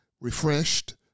refreshed